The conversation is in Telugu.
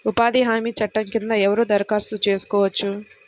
ఉపాధి హామీ చట్టం కింద ఎవరు దరఖాస్తు చేసుకోవచ్చు?